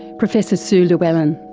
professor sue llewellyn.